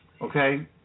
okay